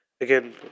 again